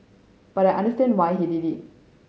but understand why he did it